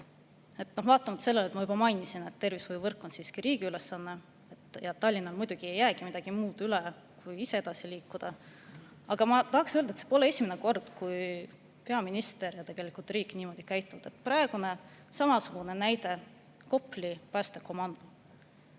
ma juba mainisin –, et tervishoiuvõrgu [haldamine] on siiski riigi ülesanne. Tallinnal muidugi ei jäägi midagi muud üle, kui ise edasi liikuda. Ma tahaks öelda, et see pole esimene kord, kui peaminister ja tegelikult riik niimoodi käituvad. Praegu on samasugune näide Kopli päästekomando.